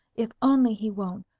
if only he won't!